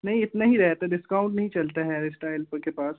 नहीं इतना ही रहता है तो डिस्काउंट नहीं चलता है हेयर इस्टाइल को के पास